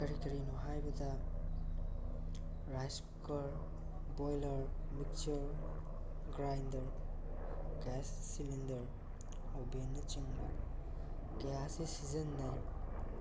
ꯀꯔꯤ ꯀꯔꯤꯅꯣ ꯍꯥꯏꯕꯗ rice cooker boiler mixer grinder gas cylinder ꯑꯣꯚꯦꯟꯅꯆꯤꯡꯕ ꯀꯌꯥꯁꯤ ꯁꯤꯖꯤꯟꯅꯩ